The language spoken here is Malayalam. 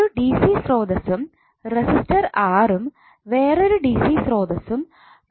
ഒരു dc സ്രോതസ്സ് ഉം റെസിസ്റ്റർ R ഉം വേറൊരു dc സ്രോതസ്സ് ഉം പരിഗണിക്കുക